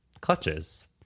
clutches